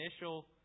initial